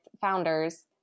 founders